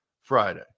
Friday